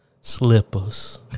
slippers